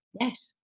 Yes